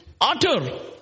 utter